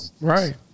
Right